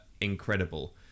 incredible